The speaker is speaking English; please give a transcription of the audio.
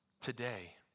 today